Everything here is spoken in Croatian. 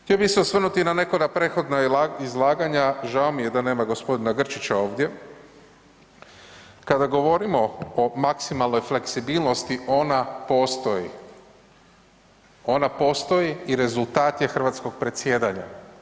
Htio bih se osvrnuti na neka od prethodna izlaganja, žao mi je da nema gospodina Grčića ovdje, kada govorimo o maksimalnoj fleksibilnosti ona postoji, ona postoji i rezultat je hrvatskog predsjedanja.